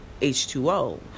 H2O